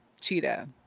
Cheetah